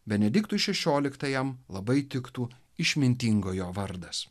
benediktui šešioliktajam labai tiktų išmintingojo vardas